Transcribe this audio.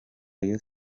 rayon